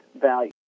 value